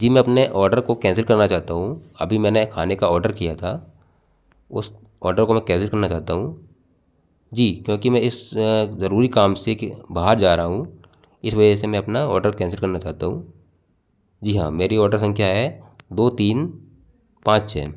जी मैं अपने ऑर्डर को कैंसिल करना चाहता हूँ अभी मैंने खाने का ऑर्डर किया था उस ऑर्डर को मैं कैंसिल करना चाहता हूँ जी क्योंकि मैं इस अ जरूरी काम से कि बाहर जा रहा हूँ इस वज़ह से मैं अपना ऑर्डर कैंसिल करना चाहता हूँ जी हाँ मेरी ऑर्डर संख्या है दो तीन पाँच छ